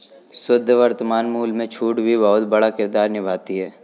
शुद्ध वर्तमान मूल्य में छूट भी बहुत बड़ा किरदार निभाती है